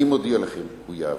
אני מודיע לכם, הוא יעבור.